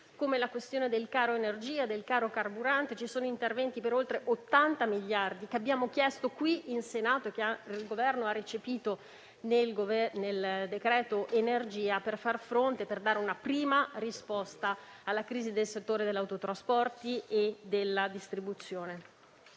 come le questioni del caro energia e caro carburante. Sono previsti interventi per oltre 80 miliardi di euro, che abbiamo chiesto in Senato e che il Governo ha recepito nel cosiddetto decreto energia, per far fronte e dare una prima risposta alla crisi del settore degli autotrasporti e della distribuzione.